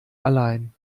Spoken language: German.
allein